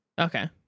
Okay